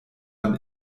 man